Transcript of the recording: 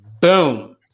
boom